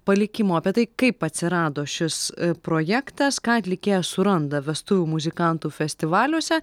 palikimą o apie tai kaip atsirado šis projektas ką atlikėjas suranda vestuvių muzikantų festivaliuose